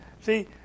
See